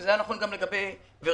וזה היה נכון גם לגבי ורסאי,